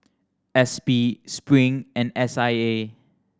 S P Spring and S I A